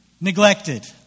neglected